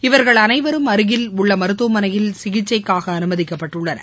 இவர்கள் அனைவரும் அருகில் உள்ளமருத்துவமனையில் சிகிச்சைக்காகஅனுமதிக்கப்பட்டுள்ளனர்